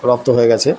রপ্ত হয়ে গেছে